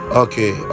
okay